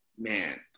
man